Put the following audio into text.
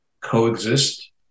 coexist